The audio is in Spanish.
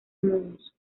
mons